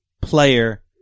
player